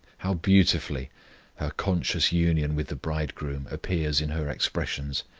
how beautifully her conscious union with the bridegroom appears in her expressions.